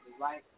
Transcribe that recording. right